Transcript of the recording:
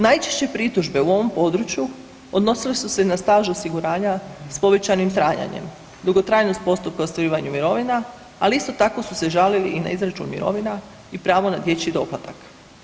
Najčešće pritužbe u ovom području odnosile su se na staž osiguranja s povećanim trajanje, dugotrajnost postupka u ostvarivanju mirovina, ali isto tako su se žalili i na izračun mirovina i pravo na dječji doplatak.